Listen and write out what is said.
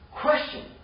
Question